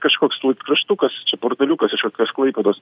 kažkoks laikraštukas čia portaliukas iš kokios klaipėdos